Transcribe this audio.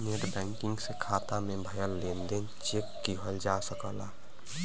net banking से खाता में भयल लेन देन चेक किहल जा सकला